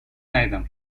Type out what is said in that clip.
ندیدم